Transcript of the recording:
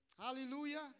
Hallelujah